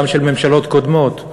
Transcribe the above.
גם של ממשלות קודמות,